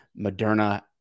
Moderna